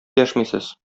дәшмисез